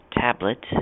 Tablet